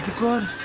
good